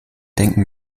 denken